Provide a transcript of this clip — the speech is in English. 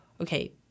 okay